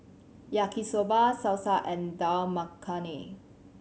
Yaki Soba Salsa and Dal Makhani